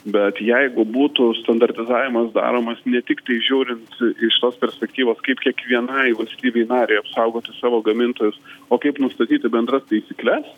bet jeigu būtų standartizavimas daromas ne tiktai žiūrint iš tos perspektyvos kaip kiekvienai valstybei narei apsaugoti savo gamintojus o kaip nustatyti bendras taisykles